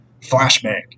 Flashbang